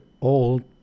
old